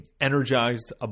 energized